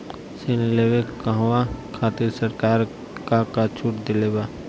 ऋण लेवे कहवा खातिर सरकार का का छूट देले बा?